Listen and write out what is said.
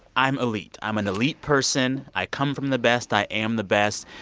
i'm elite. i'm an elite person. i come from the best. i am the best.